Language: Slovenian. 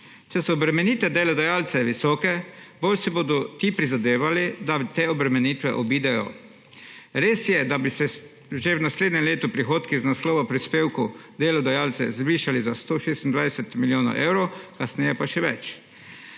so obremenitve delodajalca visoke, bolj si bodo ti prizadevali, da te obremenitve obidejo. Res je, da bi se že v naslednjem letu prihodki iz naslova prispevkov delodajalcev zvišali za 126 milijonov evrov, kasneje pa še več,